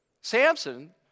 Samson